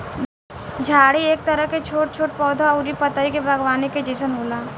झाड़ी एक तरह के छोट छोट पौधा अउरी पतई के बागवानी के जइसन होला